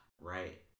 Right